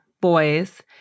boys